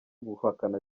guhakana